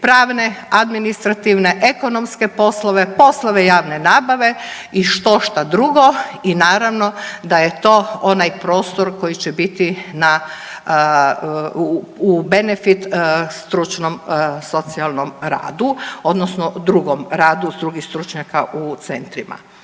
pravne, administrativne, ekonomske poslove, poslove javne nabave i štošta drugo i naravno da je to onaj prostor koji će biti u benefit stručnom socijalnom radu odnosno drugom radu drugih stručnjaka u centrima.